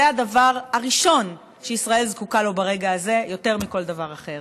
הדבר הראשון שישראל זקוקה לו ברגע הזה יותר מכל דבר אחר.